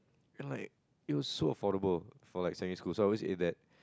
and like it was so affordable for like secondary school so I always ate that